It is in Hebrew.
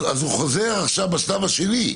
הוא חוזר בשלב השני.